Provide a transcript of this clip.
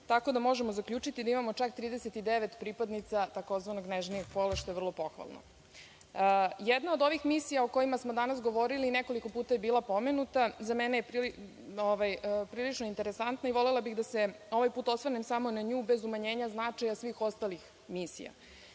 tako da možemo zaključiti da imamo čak 39 pripadnica tzv. nežnijeg pola, što je vrlo pohvalno. Jedna od ovih misija o kojima smo danas govorili i nekoliko puta je bila pomenuta, za mene je prilično interesantno i volela bih da se ovaj put osvrnem samo na nju bez umanjenja značaja svih ostalih misija. Naime,